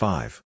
Five